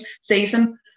season